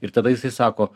ir tada jisai sako